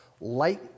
light